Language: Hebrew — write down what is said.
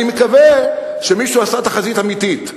אני מקווה שמישהו עשה תחזית אמיתית,